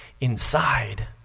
inside